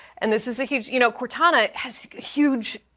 and this is a huge you know cortana has huge